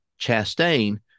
Chastain